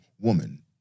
woman